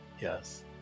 Yes